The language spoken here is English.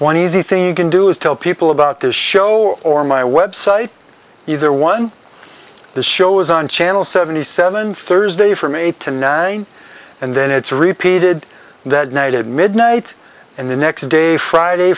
one easy thing you can do is tell people about this show or my website either one the show is on channel seventy seven thursday from eight to nine and then it's repeated that night at midnight and the next day friday